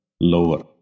lower